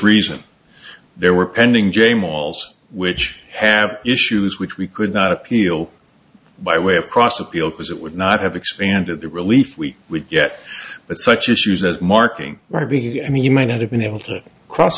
reason there were pending j malls which have issues which we could not appeal by way of cross appeal because it would not have expanded the relief we would yet but such issues as marking were being i mean you might not have been able to cross